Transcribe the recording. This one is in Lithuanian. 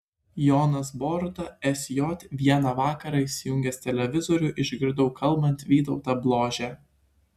jonas boruta sj vieną vakarą įsijungęs televizorių išgirdau kalbant vytautą bložę